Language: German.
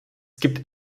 gibt